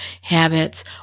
habits